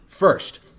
First